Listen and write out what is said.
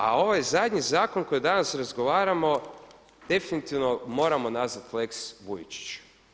A ovaj zadnji zakon o kojemu danas razgovaramo, definitivno moramo nazvati lex Vujičić.